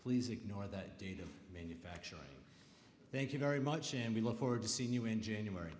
please ignore that data manufacturing thank you very much and we look forward to seeing you in january